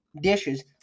dishes